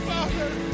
Father